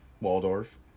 Waldorf